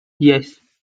yes